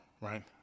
right